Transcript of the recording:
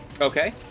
Okay